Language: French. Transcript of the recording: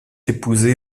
épousé